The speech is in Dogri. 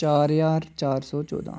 चार ज्हार चार सौ चौदां